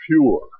pure